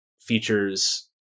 features